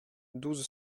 douze